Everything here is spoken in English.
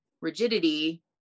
rigidity